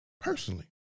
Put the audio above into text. personally